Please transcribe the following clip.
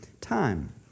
time